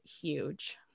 huge